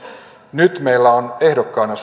nyt meillä on suomesta ehdokkaana